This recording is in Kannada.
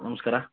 ನಮಸ್ಕಾರ